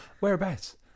whereabouts